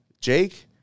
jake